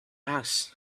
house